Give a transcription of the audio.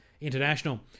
international